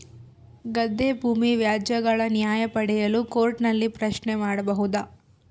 ಗದ್ದೆ ಭೂಮಿ ವ್ಯಾಜ್ಯಗಳ ನ್ಯಾಯ ಪಡೆಯಲು ಕೋರ್ಟ್ ನಲ್ಲಿ ಪ್ರಶ್ನೆ ಮಾಡಬಹುದಾ?